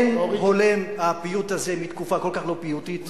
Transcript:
אין הולם מהפיוט הזה מתקופה כל כך לא פיוטית,